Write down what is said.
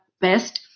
best